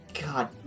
god